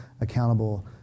accountable